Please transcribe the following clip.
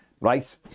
right